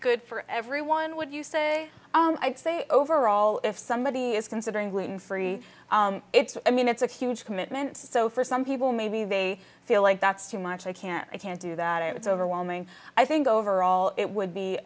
for everyone would you say i'd say overall if somebody is considering gluten free it's i mean it's a huge commitment so for some people maybe they feel like that's too much i can't i can't do that it's overwhelming i think overall it would be